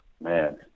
Man